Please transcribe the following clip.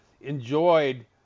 enjoyed